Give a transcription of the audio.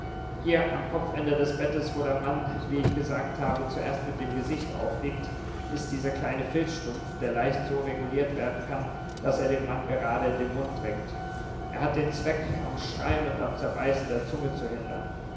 hier am kopfende des bettes wo der mann wie ich gesagt habe zuerst mit dem gesicht aufliegt ist dieser kleine filzstumpf der leicht so reguliert werden kann daß er dem mann gerade in den mund dringt er hat den zweck am schreien und am zerbeißen der zunge zu hindern